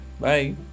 Bye